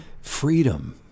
freedom